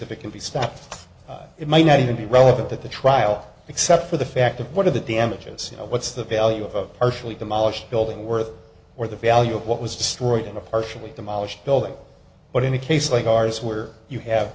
if it can be stopped it might not even be relevant that the trial except for the fact that one of the damages what's the value of partially demolished building worth or the value of what was destroyed in a partially demolished building but in a case like ours where you have